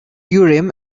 urim